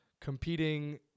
competing